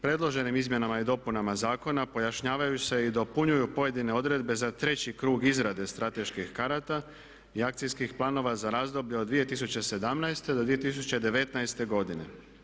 Predloženim izmjenama i dopunama zakona pojašnjavaju se i dopunjuju pojedine odredbe za treći krug izrade strateških karata i akcijskih planova za razdoblje od 2017. do 2019. godine.